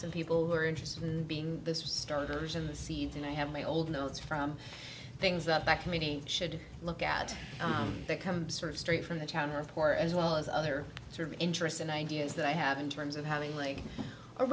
some people who are interested in being the starters and the seeds and i have my old notes from things that back me should look at that come sort of straight from the town report as well as other sort of interests and ideas that i have in terms of having like a